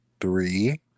Three